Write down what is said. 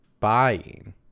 Buying